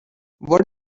what